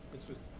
this was